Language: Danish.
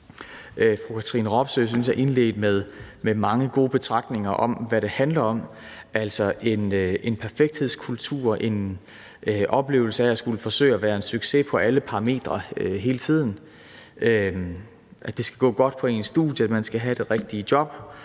Fru Katrine Robsøe indledte, synes jeg, med mange gode betragtninger om, hvad det handler om, altså en perfekthedskultur, en oplevelse af at skulle forsøge at være en succes på alle parametre hele tiden: at det skal gå godt på ens studie, at man skal have det rigtige job,